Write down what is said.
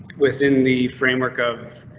within the framework of.